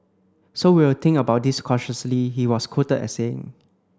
so we'll think about this cautiously he was quoted as saying